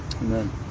Amen